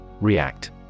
React